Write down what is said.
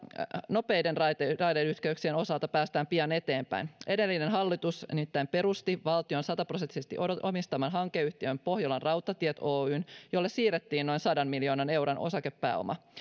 nopeiden raideyhteyksien osalta päästään pian eteenpäin edellinen hallitus nimittäin perusti valtion sataprosenttisesti omistaman hankeyhtiön pohjolan rautatiet oyn jolle siirrettiin noin sadan miljoonan euron osakepääoma